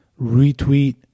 retweet